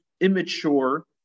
immature